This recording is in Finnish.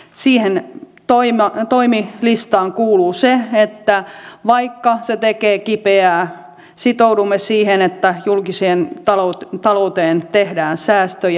siihen toimilistaan kuuluu se että vaikka se tekee kipeää sitoudumme siihen että julkiseen talouteen tehdään säästöjä